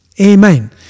Amen